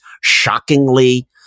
shockingly